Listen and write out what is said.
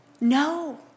No